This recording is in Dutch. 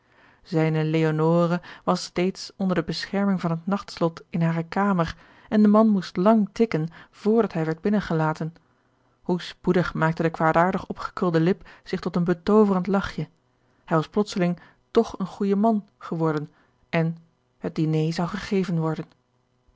leonore was steeds onder de bescherming van het nachtslot in hare kamer en de man moest lang tikken vrdat hij werd binnen gelaten hoe spoedig maakte de kwaadaardig opgekrulde lip zich tot een betooverend lachje hij was plotseling toch een goede man geworden en het diner zou gegeven worden